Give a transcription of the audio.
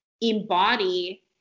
embody